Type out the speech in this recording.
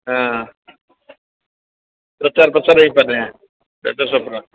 ହଁ ହଁ ପ୍ରଚାର ପ୍ରସାର ହେଇ